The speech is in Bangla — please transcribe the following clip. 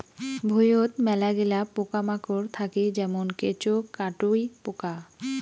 ভুঁইয়ত মেলাগিলা পোকামাকড় থাকি যেমন কেঁচো, কাটুই পোকা